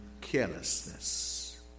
carelessness